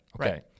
okay